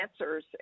answers